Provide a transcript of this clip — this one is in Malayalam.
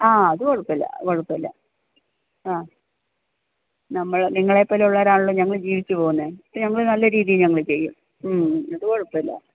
ആ അത് കുഴപ്പമില്ല കുഴപ്പമില്ല ആ നമ്മൾ നിങ്ങളെ പോലെ ഉള്ളവരാണല്ലോ ഞങ്ങള് ജീവിച്ചു പോവുന്നത് ഞങ്ങൾ നല്ല രീതിയിൽ ഞങ്ങൾ ചെയ്യും ഉം ഉം അത് കുഴപ്പമില്ല